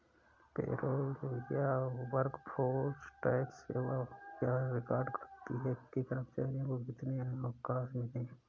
payroll या workforce tax सेवा यह रिकॉर्ड रखती है कि कर्मचारियों को कितने अवकाश मिले